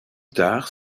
tard